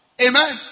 Amen